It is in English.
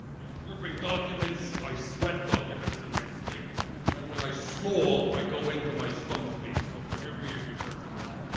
dripping documents, i sweat documents in my sleep and when i snore i go into my stump speech so forgive me if you've heard some of this